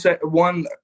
one